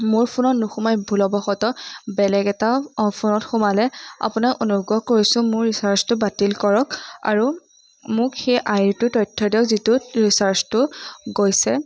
মোৰ ফোনত নোসোমাই ভুলবশতঃ বেলেগ এটা ফোনত সোমালে আপোনাক অনুগ্ৰহ কৰিছোঁ মোৰ ৰিচাৰ্জটো বাতিল কৰক আৰু মোক সেই আই ডিটোৰ তথ্য দিয়ক যিটোত ৰিচাৰ্জটো গৈছে